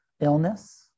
illness